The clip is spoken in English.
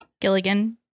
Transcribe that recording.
Gilligan